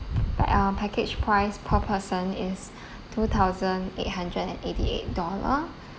pack~ our package price per person is two thousand eight hundred and eighty eight dollar